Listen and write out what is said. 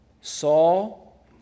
Saul